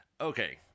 Okay